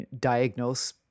diagnose